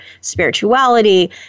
Spirituality